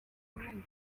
burundi